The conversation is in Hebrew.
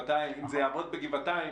אם זה יעבוד בגבעתיים,